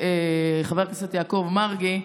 חברי חבר הכנסת יעקב מרגי.